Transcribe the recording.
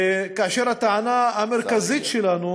והטענה המרכזית שלנו